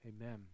Amen